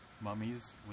mummies